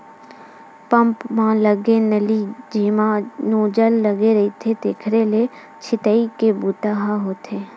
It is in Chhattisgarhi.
पंप म लगे नली जेमा नोजल लगे रहिथे तेखरे ले छितई के बूता ह होथे